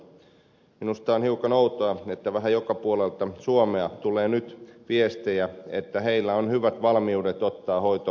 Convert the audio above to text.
minusta on hiukan outoa että vähän joka puolelta suomea tulee nyt viestejä että siellä on hyvät valmiudet ottaa hoito vastuulleen